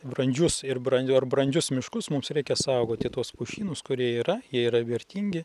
brandžius ir bran ar brandžius miškus mums reikia saugoti tuos pušynus kurie yra jie yra vertingi